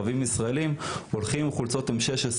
וישראלים בני 5-6 הולכים עם חולצות M16,